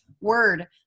word